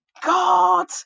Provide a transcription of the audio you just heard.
God